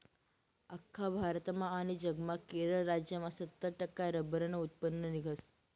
आख्खा भारतमा आनी जगमा केरळ राज्यमा सत्तर टक्का रब्बरनं उत्पन्न निंघस